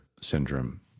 syndrome